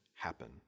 happen